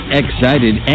excited